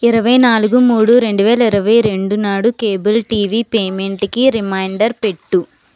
ఇరవై నాలుగు మూడు రెండు వేల ఇరవై రెండు నాడు కేబుల్ టీవీ పేమెంటుకి రిమైండర్ పెట్టు